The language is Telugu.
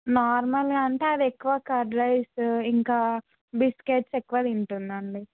నార్మల్గా అంటే అది ఎక్కువ కర్డ్ రైస్ ఇంకా బిస్కెట్స్ ఎక్కువ తింటుంది అండి